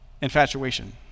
infatuation